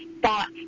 thoughts